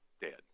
Dead